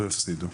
והפסידו.